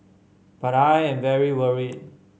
but I am very worried